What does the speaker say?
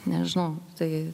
nežinau tai